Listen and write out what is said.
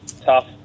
tough